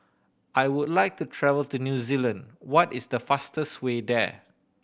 I would like to travel to New Zealand What is the fastest way there